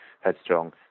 headstrong